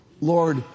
Lord